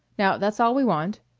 now that's all we want,